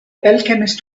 alchemist